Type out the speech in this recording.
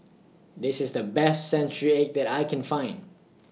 This IS The Best Century Egg that I Can Find